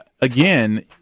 again